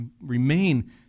remain